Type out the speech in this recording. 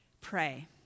pray